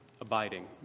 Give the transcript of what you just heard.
abiding